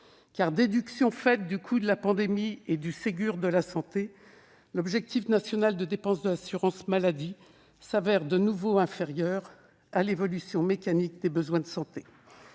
car, déduction faite du coût de la pandémie et du Ségur de la santé, l'objectif national de dépenses d'assurance maladie se révèle de nouveau inférieur à l'évolution mécanique des besoins de santé.